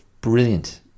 brilliant